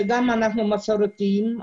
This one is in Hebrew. אנחנו מסורתיים,